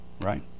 right